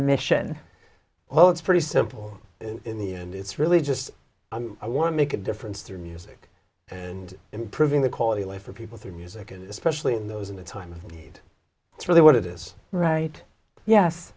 mission well it's pretty simple in the end it's really just i want to make a difference through music and improving the quality of life for people through music is especially in those in the time it's really what it is right yes